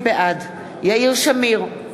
בעד יאיר שמיר,